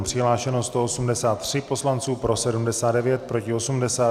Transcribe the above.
Přihlášeno 183 poslanců, pro 79, proti 80.